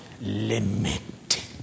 limit